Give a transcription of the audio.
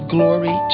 Glory